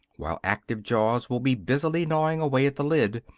while active jaws will be busily gnawing away at the lid,